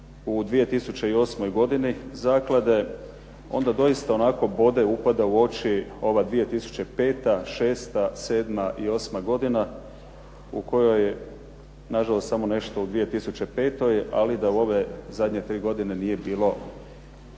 u 2008. godini zaklade, onda doista onako upada i bode u oči ova 2005., šesta, sedma i osma godina u kojoj nažalost samo u 2005. ali da u ove zadnje tri godine nije bilo